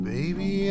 Baby